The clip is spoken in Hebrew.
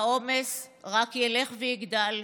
והעומס רק ילך ויגדל,